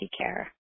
care